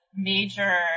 Major